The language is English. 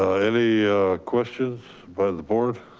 any questions by the board?